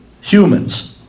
humans